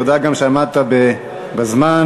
תודה גם שעמדת בזמן.